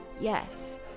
yes